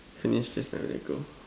finish this I let you go